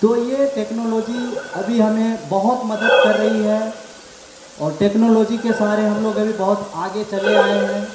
तो ये टेक्नलॉजी अभी हमें बहुत मदद कर रही है और टेक्नलॉजी के सहारे हम लोग अभी बहुत आगे चले आए हैं